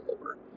over